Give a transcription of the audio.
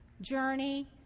journey